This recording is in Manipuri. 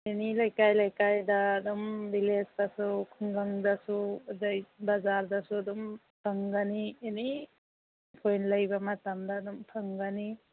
ꯑꯦꯅꯤ ꯂꯩꯀꯥꯏ ꯂꯩꯀꯥꯏꯗ ꯑꯗꯨꯝ ꯚꯤꯂꯦꯖꯇꯁꯨ ꯈꯨꯡꯒꯪꯗꯁꯨ ꯑꯗꯒꯤ ꯕꯖꯥꯔꯗꯁꯨ ꯑꯗꯨꯝ ꯐꯪꯒꯅꯤ ꯑꯦꯅꯤ ꯑꯩꯈꯣꯏꯅ ꯂꯩꯕ ꯃꯇꯝꯗ ꯑꯗꯨꯝ ꯐꯪꯒꯅꯤ